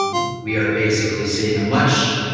um we are basically seeing a much